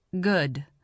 good